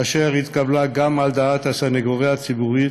אשר התקבלה גם על דעת הסנגוריה הציבורית